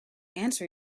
answer